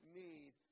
need